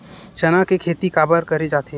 चना के खेती काबर करे जाथे?